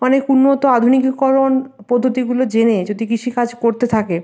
অনেক উন্নত আধুনিকীকরণ পদ্ধতিগুলো জেনে যদি কৃষিকাজ করতে থাকে